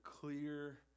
clear